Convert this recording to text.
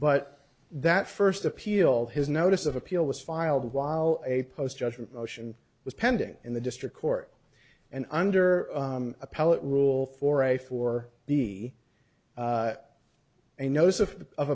but that first appeal his notice of appeal was filed while a post judgment motion was pending in the district court and under appellate rule for a for the a notice of